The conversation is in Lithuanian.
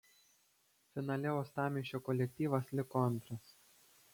finale uostamiesčio kolektyvas liko antras